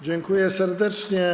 Dziękuję serdecznie.